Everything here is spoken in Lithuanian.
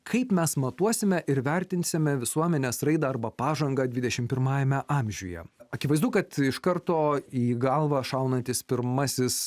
kaip mes matuosime ir vertinsime visuomenės raidą arba pažangą dvidešim pirmajame amžiuje akivaizdu kad iš karto į galvą šaunantis pirmasis